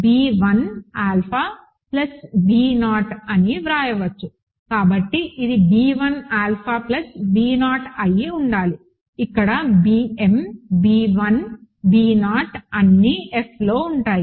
b1 alpha b0 అని వ్రాయవచ్చు కాబట్టి ఇది b1 ఆల్ఫా b0 అయి ఉండాలి ఇక్కడ bm b1 b0 అన్నీ F లో ఉంటాయి